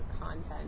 content